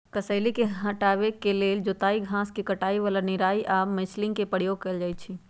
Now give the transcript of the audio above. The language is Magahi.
जङगल झार हटाबे के लेल जोताई, घास के कटाई, ज्वाला निराई आऽ मल्चिंग के प्रयोग कएल जाइ छइ